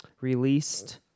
released